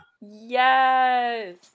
Yes